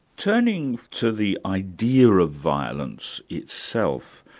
turning to the idea of violence itself,